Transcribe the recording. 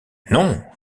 non